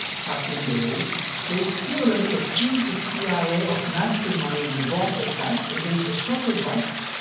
takvim daily they similarly accused the cia of masterminding the bomb attack against a shuttle bus,